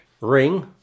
ring